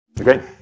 Okay